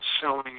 selling